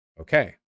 Okay